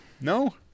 No